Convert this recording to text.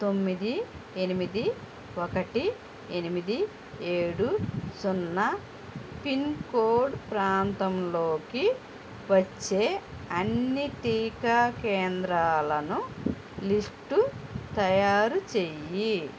తొమ్మిది ఎనిమిది ఒకటి ఎనిమిది ఏడు సున్నా పిన్ కోడ్ ప్రాంతంలోకి వచ్చే అన్ని టీకా కేంద్రాలను లిస్టు తయారు చెయ్యి